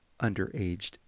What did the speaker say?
underaged